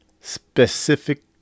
specific